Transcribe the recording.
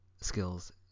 skills